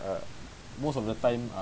uh most of the time ah